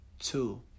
two